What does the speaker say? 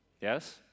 Yes